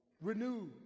Renew